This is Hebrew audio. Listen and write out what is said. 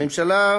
הממשלה,